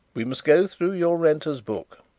we must go through your renters' book.